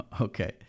Okay